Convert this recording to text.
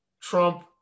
Trump